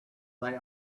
they